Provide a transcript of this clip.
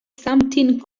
something